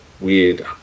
weird